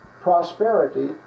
prosperity